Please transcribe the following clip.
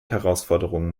herausforderungen